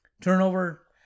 turnover